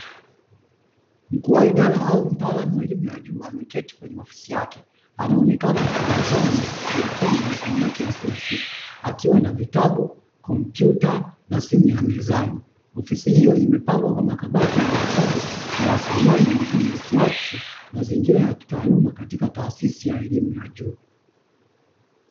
Mkuu wa idara au mtaalamu wa elimu ya juu ameketi kwenye ofisi yake, anaonekana akitabasamu na kushughulikia majukumu yake ya kila siku akiwa na vitabu kompyuta na simu ya mezani ofisi hiyo imepangwa kwa makabati yenye vitabu na rasilimali nyingine, ikiakisi mazingira ya kitaaluma katika taasisi ya elimu ya juu.